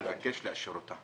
אני מבקש לאשר אותה.